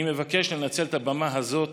אני מבקש לנצל את הבמה הזאת